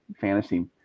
fantasy